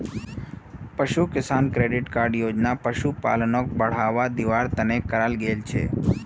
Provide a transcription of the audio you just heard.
पशु किसान credit card योजना पशुपालनक बढ़ावा दिवार तने कराल गेल छे